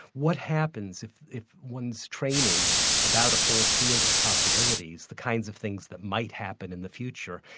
what happens if if one's training about a whole field of possibilities, the kinds of things that might happen in the future,